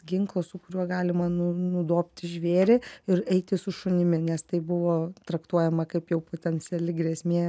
ginklo su kuriuo galima nu nudobti žvėrį ir eiti su šunimi nes tai buvo traktuojama kaip jau potenciali grėsmė